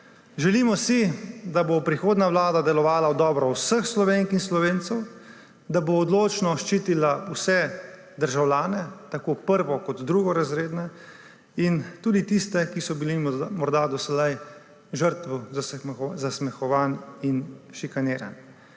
Želimo si, da bo prihodnja vlada delovala v dobro vseh Slovenk in Slovencev, da bo odločno ščitila vse državljane, tako prvo- kot drugorazredne, in tudi tiste, ki so bili morda do sedaj žrtve zasmehovanj in šikaniranj.